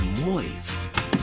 moist